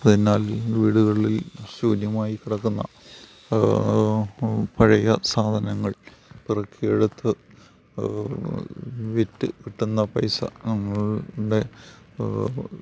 അതിനാൽ വീടുകളിൽ ശൂന്യമായി കിടക്കുന്ന പഴയ സാധനങ്ങൾ പെറുക്കിയെടുത്ത് വിറ്റ് കിട്ടുന്ന പൈസ ഞങ്ങളുടെ